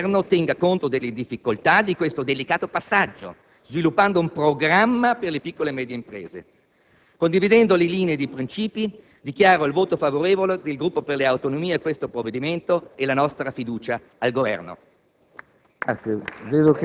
Auspichiamo però che il Governo tenga conto delle difficoltà di questo delicato passaggio, sviluppando un programma per le piccole e medie imprese. Condividendo le linee ed i princìpi, dichiaro il voto favorevole del Gruppo per le autonomie a questo provvedimento e la nostra fiducia al Governo.